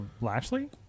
Lashley